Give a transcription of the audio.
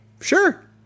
Sure